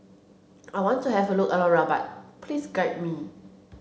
I want to have a look around Rabat please guide me